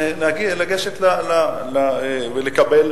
לגשת ולקבל